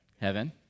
Heaven